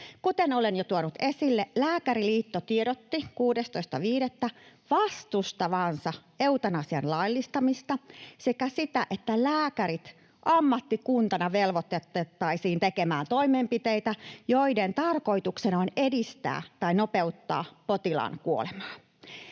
Kuten olen jo tuonut esille, Lääkäriliitto tiedotti 16.5. vastustavansa eutanasian laillistamista sekä sitä, että lääkärit ammattikuntana velvoitettaisiin tekemään toimenpiteitä, joiden tarkoituksena on edistää tai nopeuttaa potilaan kuolemaa.